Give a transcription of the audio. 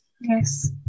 Yes